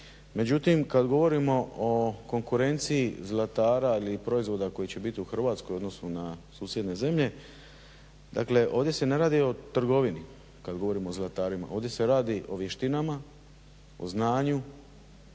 međutim kad govorimo o konkurenciji zlatara i proizvoda koji će biti u Hrvatskoj u odnosu na susjedne zemlje, dakle ovdje se ne radi o trgovini kad govorimo o zlatarima, ovdje se radi o vještinama, o znanju,